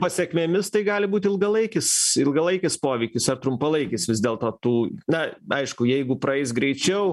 pasekmėmis tai gali būt ilgalaikis ilgalaikis poveikis ar trumpalaikis vis dėlto tų na aišku jeigu praeis greičiau